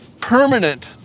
permanent